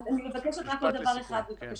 אז אני מבקשת רק עוד דבר אחד, בבקשה,